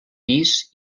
pis